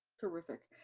terrific.